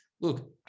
look